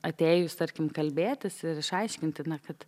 atėjus tarkim kalbėtis ir išaiškinti na kad